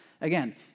Again